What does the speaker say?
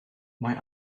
mae